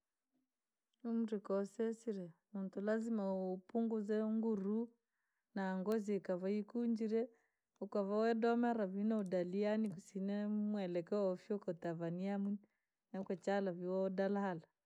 Umri koo wasesirie, muntu lazima upunguze nguruu, na ngozi ikavaa yikuunjiree, ukavaa woondomeera vii na udalia yaani kusina muelekeo ufyuka utavanii hamna nakuchala vyo udahala.